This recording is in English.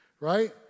Right